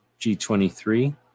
G23